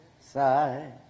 side